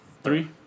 Three